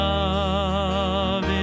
Love